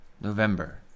November